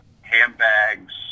handbags